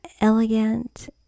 elegant